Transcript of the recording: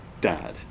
dad